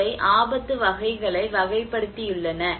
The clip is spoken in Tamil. அவை ஆபத்து வகைகளை வகைப்படுத்தியுள்ளன